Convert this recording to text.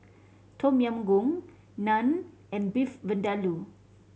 Tom Yam Goong Naan and Beef Vindaloo